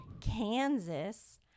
kansas